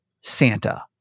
Santa